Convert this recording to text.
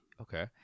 Okay